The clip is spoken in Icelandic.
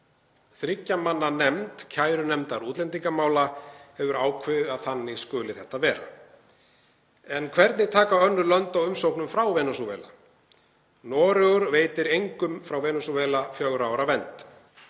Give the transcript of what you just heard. Þriggja manna nefnd, kærunefnd útlendingamála, hefur ákveðið að þannig skuli þetta vera. En hvernig taka önnur lönd á umsóknum frá Venesúela? Noregur veitir engum frá Venesúela fjögurra ára vernd.